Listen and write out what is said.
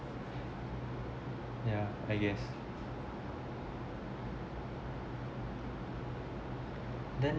yeah I guess then